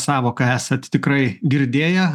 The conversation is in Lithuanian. sąvoką esat tikrai girdėję